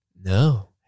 no